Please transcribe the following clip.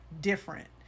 different